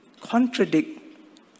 contradict